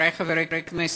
חברי חברי הכנסת,